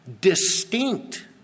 Distinct